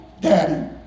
daddy